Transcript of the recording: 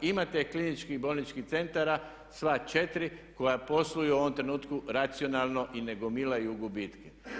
Imate klinički bolničkih centara, sva četiri, koja posluju u ovom trenutku racionalno i ne gomilaju gubitke.